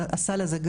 הסל הזה,